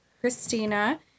Christina